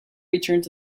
returned